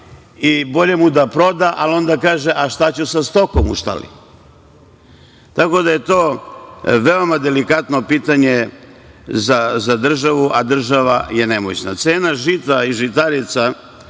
i bolje im je da proda, ali onda kažu – šta ću sa stokom u štali. Tako da je to delikatno pitanje za državu, a država je nemoćna. Cenu žita i žitarica,